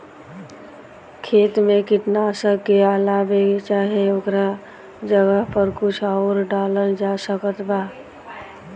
खेत मे कीटनाशक के अलावे चाहे ओकरा जगह पर कुछ आउर डालल जा सकत बा?